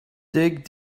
dig